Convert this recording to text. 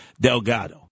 Delgado